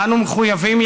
אנו מחויבים,